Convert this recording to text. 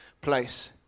place